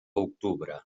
octubre